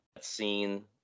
scene